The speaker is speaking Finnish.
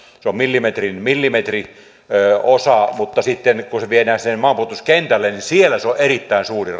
se on millimetrin millimetriosa mutta sitten kun se viedään sinne maanpuolustuskentälle niin siellä se on erittäin suuri